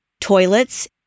toilets